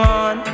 on